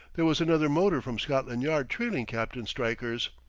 there was another motor from scotland yard trailing captain stryker's.